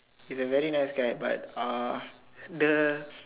he's a very nice guy but uh the